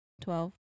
Twelve